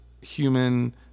human